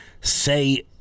say